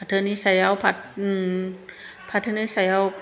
फाथोनि सायाव फाथोनि सायाव